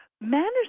Manners